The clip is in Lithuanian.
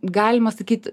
galima sakyt